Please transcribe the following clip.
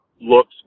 looks